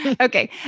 Okay